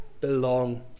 belong